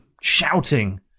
shouting